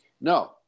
No